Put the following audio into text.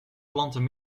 planten